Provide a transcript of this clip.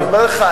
אני אומר לך,